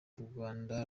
rwanda